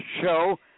Show